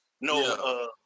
No